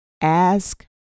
ask